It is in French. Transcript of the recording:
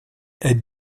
est